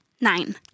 Nine